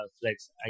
Flex